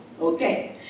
Okay